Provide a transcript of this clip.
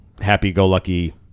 happy-go-lucky